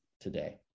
today